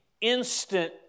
instant